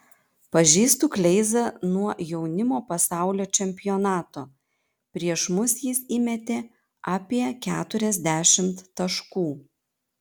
pažįstu kleizą nuo jaunimo pasaulio čempionato prieš mus jis įmetė apie keturiasdešimt taškų